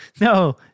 no